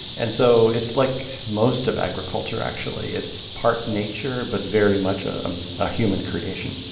and so it's like most of agriculture, actually. it's part nature, but very much a human creation